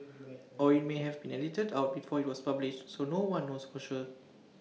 or IT may have been edited out before IT was published so no one knows for sure